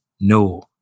no